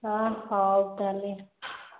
ହଁ ହେଉ ତାହେଲେ